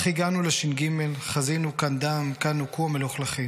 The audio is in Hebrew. // אך הגענו לש.ג / חזינו / כאן דם / כאן נוקו המלוכלכים.